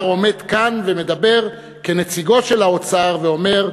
עומד כאן ומדבר כנציגו של האוצר ואומר: